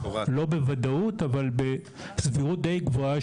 לא בוודאות אבל בסבירות די גבוהה,